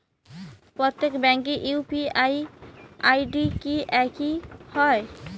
প্রত্যেক ব্যাংকের UPI ID কি একই হয়?